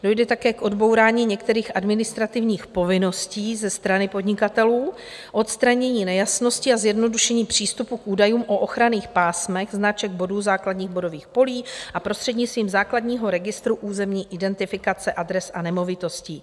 Dojde také k odbourání některých administrativních povinností ze strany podnikatelů, odstranění nejasností a zjednodušení přístupu k údajům o ochranných pásmech, značek bodů základních bodových polí a prostřednictvím základního registru územní identifikace adres a nemovitostí.